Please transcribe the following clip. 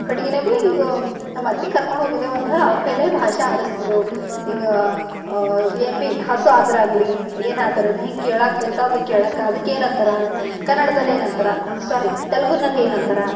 ಕಡೆಗೆನೆ ಭೀ ಈಗ ನಮ್ಮತ್ತೆ ಕರ್ಕೊಂಡು ಹೋಗಿದ್ದೆವು ಅಂಥೇಳಿ ಅವ್ರ ಕೈಯ್ಯಲ್ಲೇ ಭಾಷೆ ಆಡಿಸ್ತಿದ್ದೆವು ಈಗ ಏನು ಭೀ ಹಸು ಆದ್ರೆ ಆಗಲಿ ಏನಾದ್ರನೆ ಹಿಂಗೆ ಕೇಳೋಕೆ ಊಟದ ಕೇಳೋಕೆ ಅದಕ್ಕೇನಂತಾರೆ ಕನ್ನಡದಲ್ಲೆ ಏನಂತಾರೆ ಸ್ವಾರಿ ತೆಲುಗಿನಲ್ಲಿ ಏನಂತಾರೆ